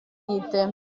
dite